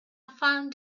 found